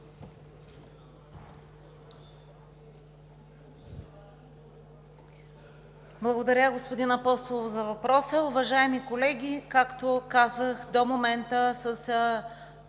Благодаря, господин Апостолов, за въпроса.